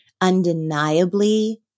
undeniably